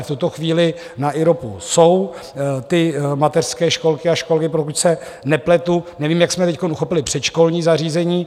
V tuto chvíli na IROPu jsou mateřské školky a školy, pokud se nepletu, nevím, jak jsme teď uchopili předškolní zařízení.